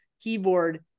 keyboard